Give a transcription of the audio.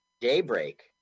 daybreak